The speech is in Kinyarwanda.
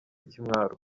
ikimwaro